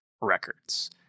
records